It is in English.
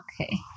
Okay